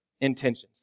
intentions